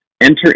enter